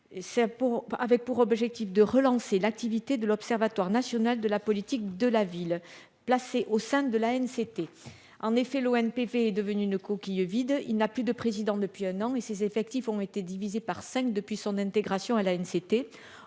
avec pour objectif de relancer l'activité de l'Observatoire national de la politique de la ville placée au sein de la haine, c'était en effet l'ONPV est devenue une coquille vide, il n'a plus de président depuis un an et ses effectifs ont été divisés par 5 depuis son intégration à la une